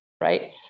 right